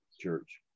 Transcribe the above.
church